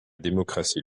démocratie